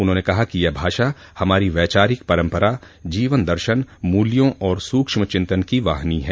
उन्होंने कहा कि यह भाषा हमारी वैचारिक परम्परा जीवनदर्शन मूल्यों और सूक्ष्म चिंतन की वाहिनी है